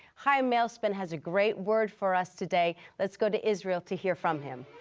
chaim malespin has a great word for us today. let's go to israel to hear from him.